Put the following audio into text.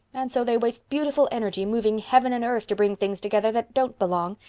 and so they waste beautiful energy moving heaven and earth to bring things together that don't belong.